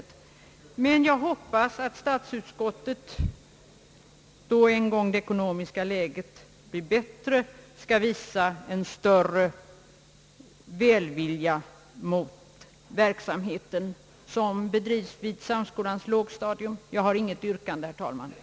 Men jag hoppas att statsutskottet en gång då det ekonomiska läget blir bättre skall visa större välvilja mot den verksamhet som bedrivs på samskolans lågstadium. Herr talman! Jag har intet yrkande.